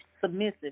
submissive